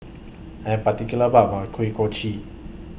I Am particular about My Kuih Kochi